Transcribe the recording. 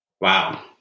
wow